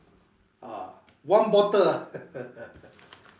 ah one bottle ah